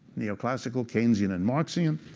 neoclassical, keynesian, and marxian.